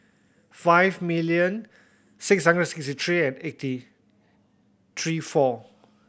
five million six hundred six three and eighty three four